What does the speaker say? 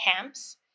camps